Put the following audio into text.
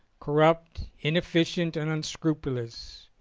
corrupt, inefficient, and unscrupulous,